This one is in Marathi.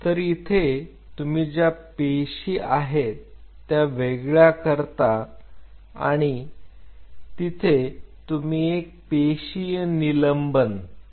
तर इथे तुम्ही ज्या पेशी आहेत त्या वेगळ्या करता आणि तिथे तुम्ही एक पेशीय निलंबन करता